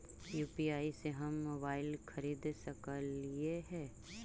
UPI से हम mobile खरिद सकलिऐ है